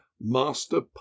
Master